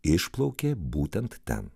išplaukė būtent ten